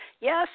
Yes